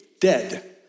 dead